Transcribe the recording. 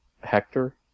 Hector